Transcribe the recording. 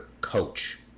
coach